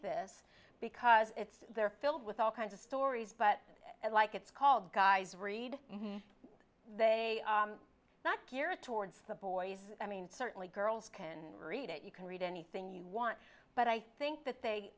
this because it's they're filled with all kinds of stories but i like it's called guys read they are not geared towards the boys i mean certainly girls can read it you can read anything you want but i think that they